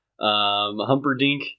humperdink